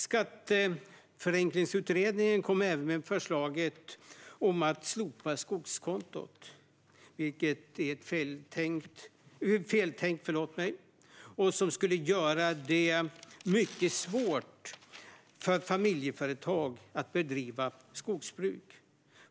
Skatteförenklingsutredningen kom även med förslaget att slopa skogskontot, vilket är ett feltänk som skulle göra det mycket svårt för familjeföretag att bedriva skogsbruk.